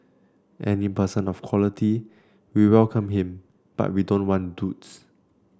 any person of quality we welcome him but we don't want duds